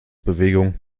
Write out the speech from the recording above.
bewegung